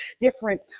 different